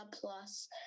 plus